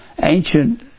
ancient